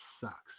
sucks